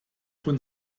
von